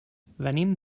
venim